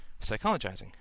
psychologizing